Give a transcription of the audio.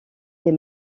des